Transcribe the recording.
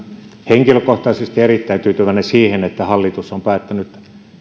henkilökohtaisesti erittäin tyytyväinen siihen että hallitus on päättänyt